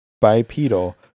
bipedal